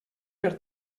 per